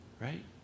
right